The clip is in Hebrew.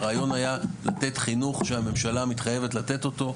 לתת חינוך שהממשלה מתחייבת לתת אותה,